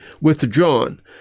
withdrawn